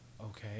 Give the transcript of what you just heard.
Okay